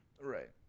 Right